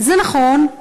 זה נכון,